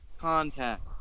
contact